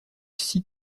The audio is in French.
six